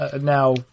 now